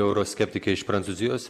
euroskeptikė iš prancūzijos